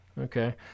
Okay